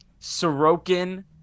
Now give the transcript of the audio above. Sorokin